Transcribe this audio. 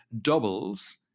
doubles